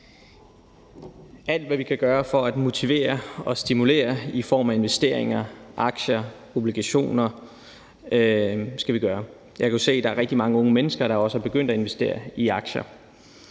Alt, hvad vi kan gøre for at motivere og stimulere i form af investeringer, aktier og obligationer, skal vi gøre. Jeg kan jo se, der er rigtig mange unge mennesker, der også er begyndt at investere i aktier.